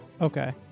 Okay